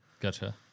Gotcha